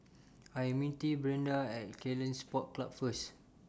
I Am meeting Brianda At Ceylon Sports Club First